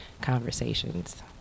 conversations